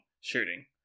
shooting